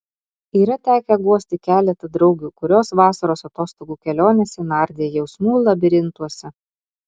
yra tekę guosti keletą draugių kurios vasaros atostogų kelionėse nardė jausmų labirintuose